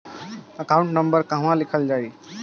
Account number कहवा लिखल जाइ?